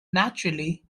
naturally